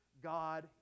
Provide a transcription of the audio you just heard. God